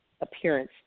appearance